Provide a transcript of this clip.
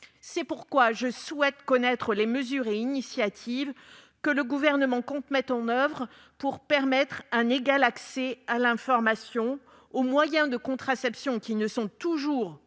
C'est pourquoi je souhaite connaître les mesures et initiatives que le Gouvernement compte mettre en oeuvre pour favoriser un égal accès à l'information et aux moyens de contraception, qui ne sont toujours